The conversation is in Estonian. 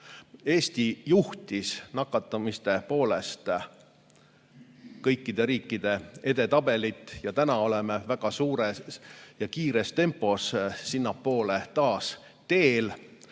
Eesti juhtis nakatumiste poolest kõikide riikide edetabelit. Täna oleme väga suures ja kiires tempos sinnapoole taas teel.